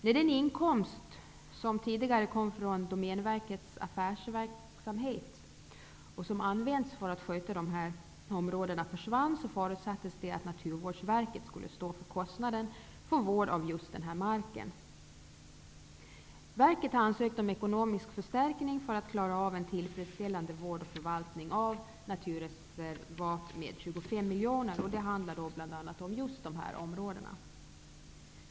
När den inkomst som tidigare kom från Domänverkets affärsverksamhet och som användes för att sköta dessa områden försvann, förutsattes det att Naturvårdsverket skulle stå för kostnaderna för vård av just den här marken. Verket har ansökt om ekonomisk förstärkning med 25 miljoner för att klara av en tillfredställande vård och förvaltning av naturreservat. Det handlar då bl.a. om just dessa områden.